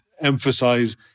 emphasize